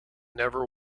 never